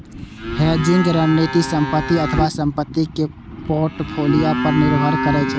hedging रणनीति संपत्ति अथवा संपत्ति के पोर्टफोलियो पर निर्भर करै छै